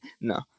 No